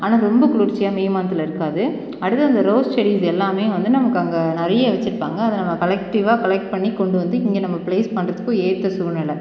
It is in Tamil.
ஆனால் ரொம்ப குளிர்ச்சியாக மே மன்த்தில இருக்காது அடுத்து அந்த ரோஸ் செடிஸ் எல்லாமே வந்து நமக்கு அங்கே நறையே வச்சிருப்பாங்க அதில் நம்ம கலெக்டிவ்வாக கலெக்ட் பண்ணி கொண்டு வந்து இங்க நம்ம ப்ளேஸ் பண்ணுறத்துக்கும் ஏற்ற சூழ்நில